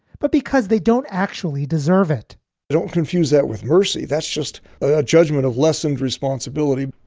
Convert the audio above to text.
but because they don't actually deserve it don't confuse that with mercy. that's just a judgment of lessened responsibility.